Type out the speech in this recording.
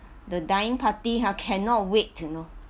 the dying party ha cannot wait you know